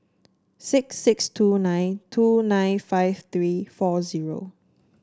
six six two nine two nine five three four zero